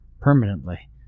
permanently